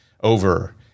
over